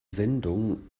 sendung